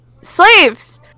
slaves